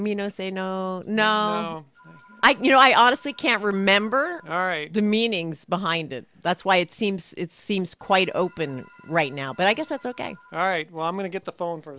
you know say no no you know i honestly can't remember all right the meanings behind it that's why it seems it seems quite open right now but i guess that's ok all right well i'm going to get the phone for